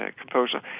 composer